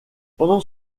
pendant